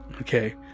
Okay